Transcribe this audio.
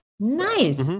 nice